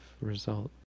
result